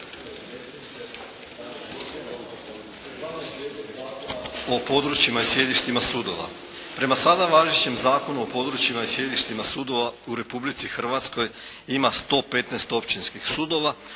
o područjima i sjedištima sudova. Prema sada važećem Zakonu o područjima i sjedištima sudova u Republici Hrvatskoj ima 115 općinskih sudova